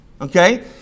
Okay